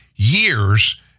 years